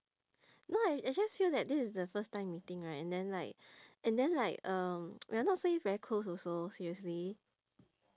no I I just feel like this is the first time meeting right and then like and then like uh we're not say very close also seriously